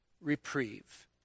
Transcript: reprieve